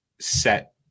set